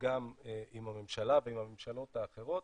וגם עם הממשלה ועם הממשלות האחרות.